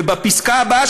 ובפסקה הבאה,